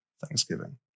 thanksgiving